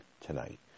tonight